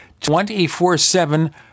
24-7